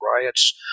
riots